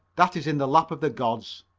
that is in the lap of the gods.